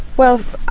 well,